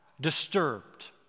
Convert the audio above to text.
disturbed